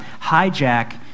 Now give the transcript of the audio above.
hijack